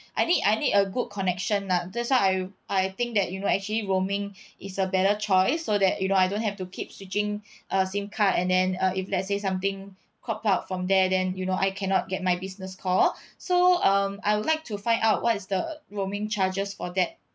I need I need a good connection lah that's why I I think that you know actually roaming is a better choice so that you know I don't have to keep switching uh SIM card and then uh if let's say something crop out from there then you know I cannot get my business call so um I would like to find out what is the roaming charges for that